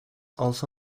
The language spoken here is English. also